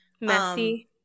Messy